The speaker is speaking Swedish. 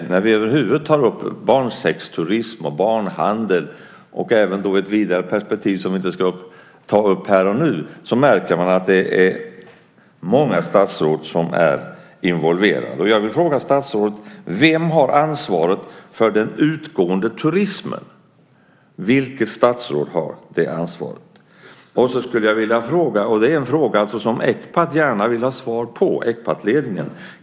När vi över huvud taget tar upp frågor om barnsexturism och barnhandel - även i ett vidare perspektiv som vi inte ska ta upp här och nu - märker vi att det är många statsråd som är involverade. Vem har ansvaret, statsrådet, för den utgående turismen? Vilket statsråd har det ansvaret? Jag har en fråga som Ecpatledningen gärna vill ha svar på.